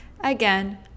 Again